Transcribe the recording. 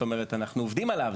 אנחנו עובדים עליו.